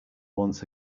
once